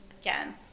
again